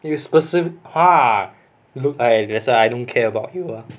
eh you specif~ !huh! look I that's why I don't care about you ah